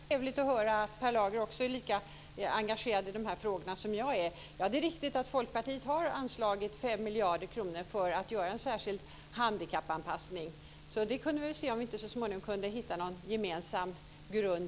Fru talman! Det var trevligt att höra att Per Lager är lika engagerad i de här frågorna som jag är. Det är riktigt att Folkpartiet har anslagit 5 miljarder kronor för att göra en särskild handikappanpassning. Här kunde vi väl se om vi inte så småningom kunde hitta någon gemensam grund.